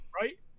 Right